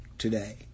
today